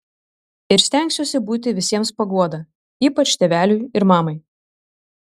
ir stengsiuosi būti visiems paguoda ypač tėveliui ir mamai